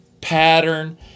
pattern